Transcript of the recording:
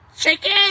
Chicken